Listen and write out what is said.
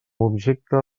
objecte